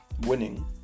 winning